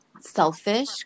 selfish